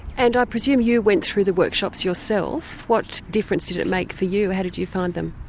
and i presume you went through the workshops yourself, what difference did it make for you, how did you find them?